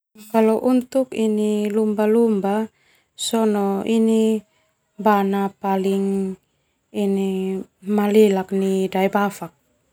Kalo untuk ini lumba-lumba sona ini bana paling ini malelak ni daebafak.